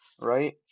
right